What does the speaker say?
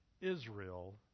Israel